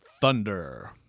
Thunder